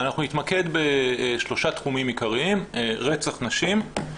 אנחנו נתמקד בשלושה תחומים עיקריים: רצח נשים,